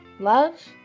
love